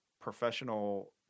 professional